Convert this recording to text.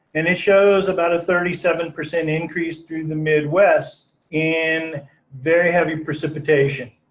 and it shows about a thirty seven percent increase through the midwest in very heavy precipitation,